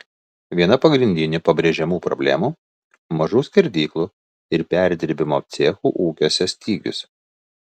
viena pagrindinių pabrėžiamų problemų mažų skerdyklų ir perdirbimo cechų ūkiuose stygius